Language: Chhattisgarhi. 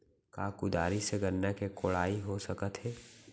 का कुदारी से गन्ना के कोड़ाई हो सकत हे?